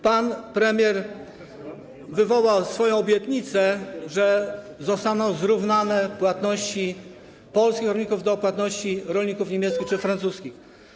Pan premier złożył obietnicę, że zostaną zrównane płatności polskich rolników z płatnościami rolników niemieckich czy francuskich.